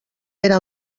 era